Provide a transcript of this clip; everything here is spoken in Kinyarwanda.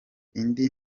indi